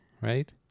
right